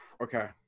Okay